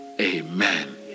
Amen